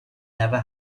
never